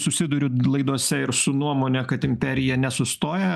susiduriu laidose ir su nuomone kad imperija nesustoja